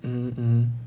mmhmm mmhmm